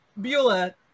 Beulah